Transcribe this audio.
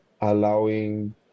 allowing